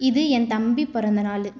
இது என் தம்பி பிறந்தநாளு